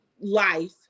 life